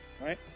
Right